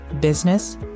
business